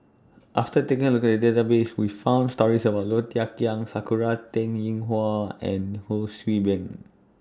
after taking A Look At The Database We found stories about Low Thia Khiang Sakura Teng Ying Hua and Ho See Beng